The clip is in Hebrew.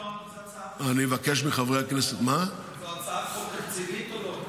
אני אבקש מחברי הכנסת --- זאת הצעת חוק תקציבית או לא?